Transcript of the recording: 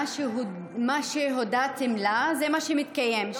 מה שהודעתם לה זה מה שמתקיים,